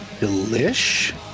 Delish